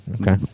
Okay